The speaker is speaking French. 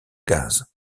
gas